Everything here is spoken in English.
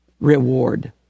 reward